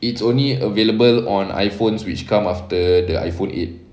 it's only available on iPhones which come after the iphone eight